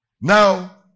now